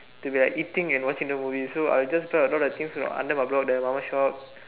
to be like eating and watching the movie so I'll just try a lot of things that under my block that mama shop